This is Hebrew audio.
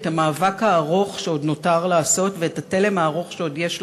את המאבק הארוך שעוד נותר לעשות ואת התלם הארוך שעוד יש לחרוש.